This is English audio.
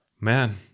Man